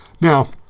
Now